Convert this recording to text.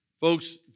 Folks